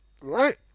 Right